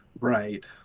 Right